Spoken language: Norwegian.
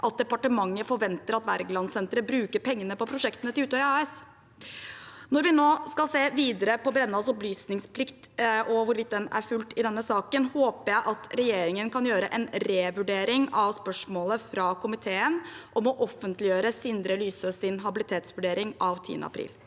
at departementet forventer at Wergelandsenteret bruker pengene på prosjektene til Utøya AS. Når vi nå skal se videre på Brennas opplysningsplikt og hvorvidt den er fulgt i denne saken, håper jeg at regjeringen kan gjøre en revurdering av spørsmålet fra komiteen om å offentliggjøre Sindre Lysøs habilitetsvurdering av 10. april.